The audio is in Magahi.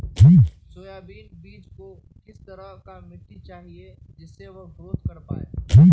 सोयाबीन बीज को किस तरह का मिट्टी चाहिए जिससे वह ग्रोथ कर पाए?